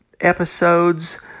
episodes